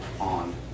on